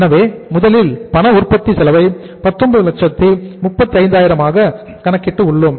எனவே முதலில் பண உற்பத்தி செலவை 1935000 ஆக கணக்கிட்டு உள்ளோம்